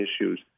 issues